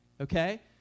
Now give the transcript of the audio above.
okay